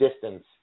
distance